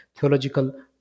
theological